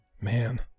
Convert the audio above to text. Man